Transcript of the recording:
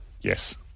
Yes